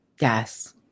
Yes